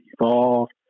evolved